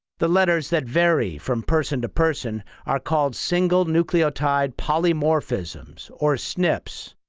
the letters that vary from person to person are called single-nucleotide polymorphisms, or snps.